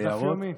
דף יומי.